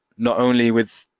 not only with